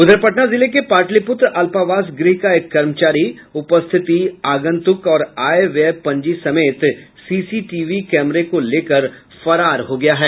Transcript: उधर पटना जिले के पाटलीपुत्र अल्पावास गृह का एक कर्मचारी उपस्थिति आगंतुक और आय व्यय पंजी समेत सीसीटीवी कैमरे को लेकर फरार हो गया है